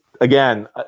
again